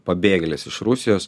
pabėgėlis iš rusijos